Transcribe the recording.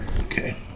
Okay